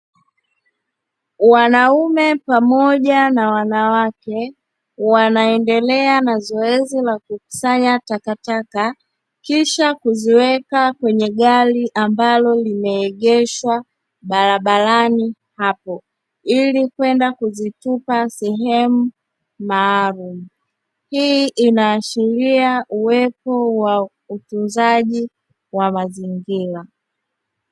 Wanaume pamoja na wanawake wanaendelea na zoezi la kukusanya taka taka kisha kuziweka kwenye gari ambalo limeegeshwa barabarani hapo ili kwenda kuzitupa sehemu maalumu, hii ina ashiria uwepo wa utunzaji wa mazingira.